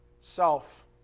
self